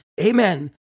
Amen